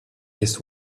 this